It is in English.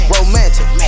Romantic